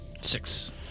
Six